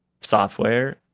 software